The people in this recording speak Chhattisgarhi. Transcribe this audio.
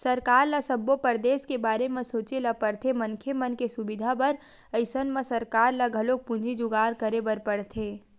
सरकार ल सब्बो परदेस के बारे म सोचे ल परथे मनखे मन के सुबिधा बर अइसन म सरकार ल घलोक पूंजी जुगाड़ करे बर परथे